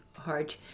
hard